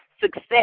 success